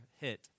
hit